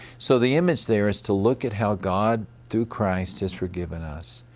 so the image there is to look at how god through christ has forgiven us.